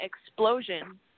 explosion